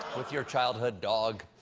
with your childhood dog.